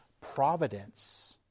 providence